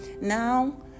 now